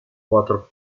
water